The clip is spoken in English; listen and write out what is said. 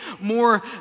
more